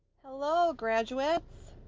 hello graduates!